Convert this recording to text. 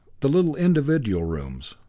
the little individual rooms.